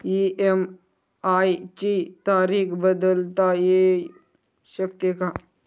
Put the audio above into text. EMI ची तारीख बदलता येऊ शकते का?